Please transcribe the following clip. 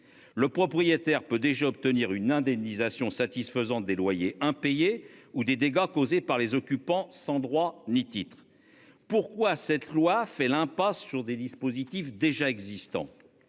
Le propriétaire peut déjà obtenir une indemnisation satisfaisante des loyers impayés ou des dégâts causés par les occupants sans droit ni titre, pourquoi cette loi fait l'impasse sur des dispositifs déjà existants.